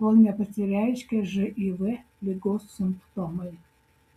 kol nepasireiškia živ ligos simptomai